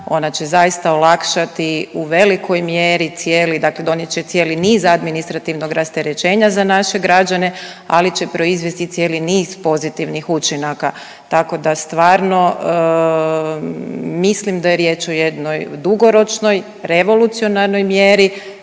Ona će zaista olakšati u velikoj mjeri cijeli, dakle donijet će cijeli niz administrativnog rasterećenja za naše građane, ali će proizvesti i cijeli niz pozitivnih učinaka. Tako da stvarno mislim da je riječ o jednoj dugoročnoj revolucionarnoj mjeri